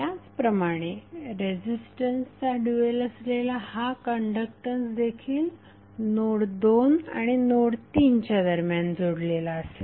त्याचप्रमाणे रेझिस्टन्सचा ड्यूएल असलेला हा कण्डक्टन्स देखील नोड 2 आणि नोड 3 च्या दरम्यान जोडलेला असेल